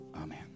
Amen